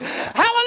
hallelujah